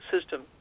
system